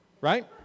Right